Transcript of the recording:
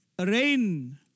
rain